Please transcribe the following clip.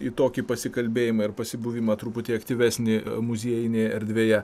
į tokį pasikalbėjimą ir pasibuvimą truputį aktyvesnį muziejinėj erdvėje